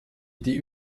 die